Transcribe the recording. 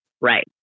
right